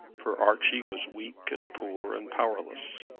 for archie was weak, and poor, and powerless.